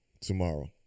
tomorrow